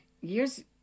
Years